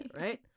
right